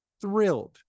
thrilled